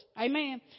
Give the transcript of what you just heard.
Amen